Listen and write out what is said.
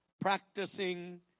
practicing